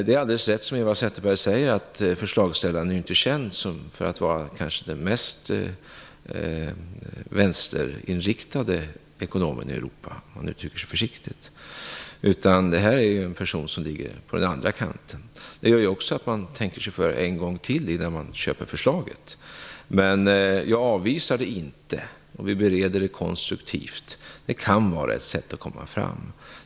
Det är alldeles riktigt, som Eva Zetterberg säger, att förslagsställaren inte är känd för att vara den mest vänsterinriktade ekonomen i Europa, försiktigt uttryckt, utan att det är en person ute på den andra kanten. Också det gör att man tänker sig för en gång till innan man köper hans förslag. Men jag avvisar det inte, och vi bereder det konstruktivt. Det kan vara ett sätt att komma framåt.